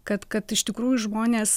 kad kad iš tikrųjų žmonės